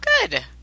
good